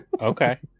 okay